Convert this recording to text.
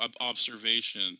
observation